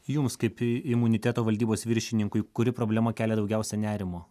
jums kaip imuniteto valdybos viršininkui kuri problema kelia daugiausia nerimo